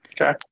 Okay